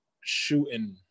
shooting